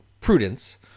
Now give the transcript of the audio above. Prudence